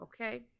okay